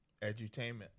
edutainment